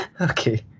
Okay